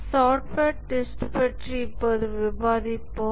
software test பற்றி இப்போது விவாதிப்போம்